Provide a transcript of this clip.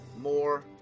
more